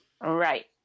Right